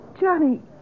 Johnny